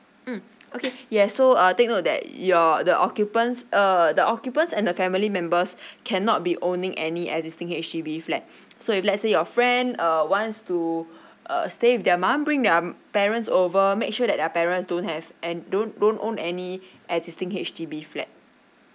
mm okay yes so uh take note that your the occupants err the occupants and the family members can not be owning any existing H_D_B flat so if let's say your friend uh once to err stay with their mom bring their parents over make sure that their parents don't have and don't don't own any existing H_D_B flat